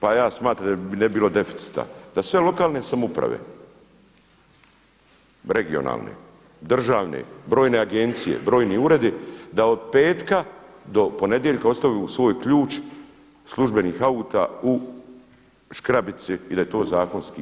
Pa ja smatram da ne bi bilo deficita da sve lokalne samouprave regionalne, državne, brojne agencije, brojni uredi da od petka do ponedjeljka ostavu svoj ključ službenih auta u škrabici i da je to zakonski.